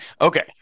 Okay